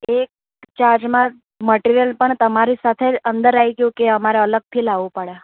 એ ચાર્જમાં મટીરીયલ પણ તમારી સાથે જ અંદર આવી ગયું કે અમારે અલગથી લાવવું પડે